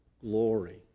glory